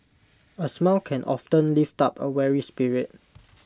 A smile can often lift up A weary spirit